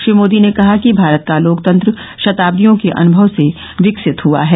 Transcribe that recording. श्री मोदी ने कहा कि भारत का लोकतंत्र शताब्दियों के अनुभव से विकसित हआ है